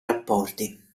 rapporti